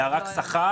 היה רק שכר.